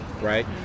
right